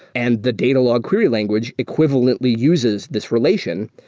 and the data log query language equivalently uses this relation,